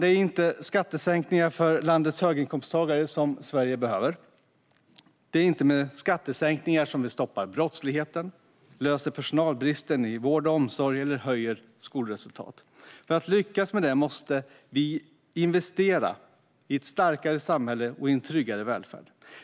Det är inte skattesänkningar för landets höginkomsttagare Sverige behöver. Det är inte med skattesänkningar vi stoppar brottsligheten, löser personalbristen i vård och omsorg eller höjer skolresultaten. För att lyckas med det måste vi investera i ett starkare samhälle och en tryggare välfärd.